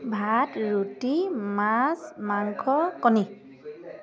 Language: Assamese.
ভাত ৰুটি মাছ মাংস কণী